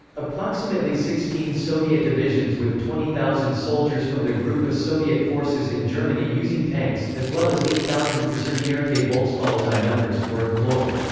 approximately sixteen soviet divisions with twenty thousand soldiers from the group of soviet forces in germany using tanks, as well as eight thousand kasernierte volkspolizei members, were employed.